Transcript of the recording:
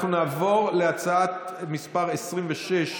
אנחנו נעבור להצעה מס' 26,